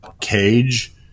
cage